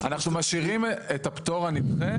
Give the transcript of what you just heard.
אנחנו מאשרים את הפטור הנדחה,